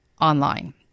online